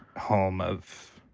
home of,